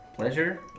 Pleasure